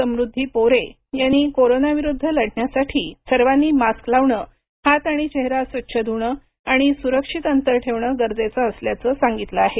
समृद्धी पोरे यांनी कोरोना विरुद्ध लढण्यासाठी सर्वांनी मास्क लावणे हात आणि चेहरा स्वच्छ धूणे आणि सुरक्षित अंतर ठेवणे गरजेचे असल्याचे सांगितले आहे